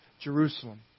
Jerusalem